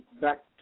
back